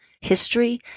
history